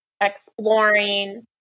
exploring